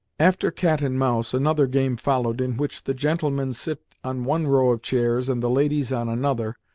after cat and mouse, another game followed in which the gentlemen sit on one row of chairs and the ladies on another,